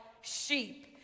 sheep